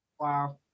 Wow